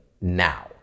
now